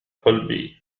قلبي